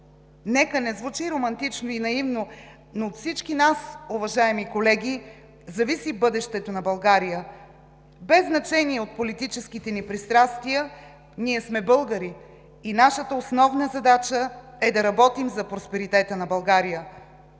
Нека не звучи романтично и наивно, но от всички нас, уважаеми колеги, зависи бъдещето на България. Без значение от политическите ни пристрастия, ние сме българи и нашата основна задача е да работим за просперитета на България.